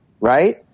Right